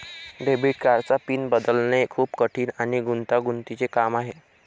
debit कार्डचा PIN बदलणे खूप कठीण आणि गुंतागुंतीचे आहे